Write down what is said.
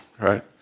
right